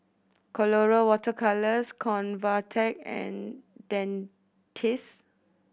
Colora Water Colours Convatec and Dentiste